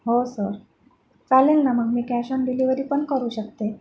हो सर चालेल ना मग मी कॅश ऑन डिलिव्हरी पण करू शकते